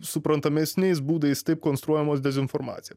suprantamesniais būdais taip konstruojamos dezinformacijos